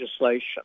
legislation